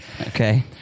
Okay